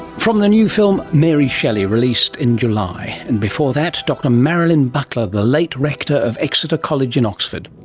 from the new film mary shelley, released in july. and before that, dr marilyn butler, the late rector of exeter college in oxford.